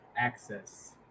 access